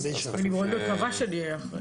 אז חשוב --- אני מאוד מקווה שנהיה אחרי.